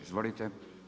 Izvolite.